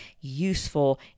useful